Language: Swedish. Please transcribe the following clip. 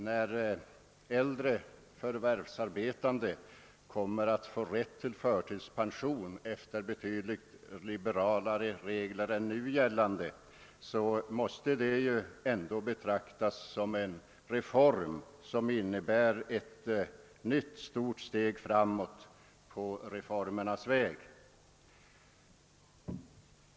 När äldre, förvärvsarbetande medborgare får rätt till förtidspension efter betydligt mer liberala regler än som nu gäller så innebär detta ett nytt steg framåt på reformernas väg.